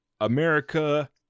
America